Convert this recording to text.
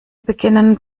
beginnen